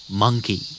monkey